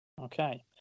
Okay